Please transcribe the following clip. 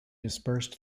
dispersed